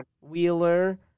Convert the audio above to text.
Wheeler